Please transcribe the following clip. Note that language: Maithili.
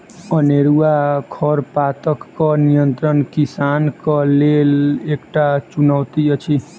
अनेरूआ खरपातक नियंत्रण किसानक लेल एकटा चुनौती अछि